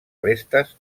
restes